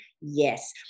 Yes